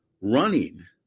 running